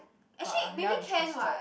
but I'm now interested